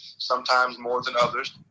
sometimes more than others.